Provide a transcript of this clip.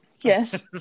Yes